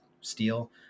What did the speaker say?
steel